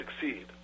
succeed